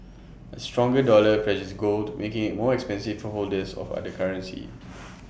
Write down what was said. A stronger dollar pressures gold making IT more expensive for holders of other currencies